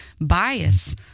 bias